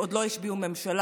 עוד לא השביעו ממשלה,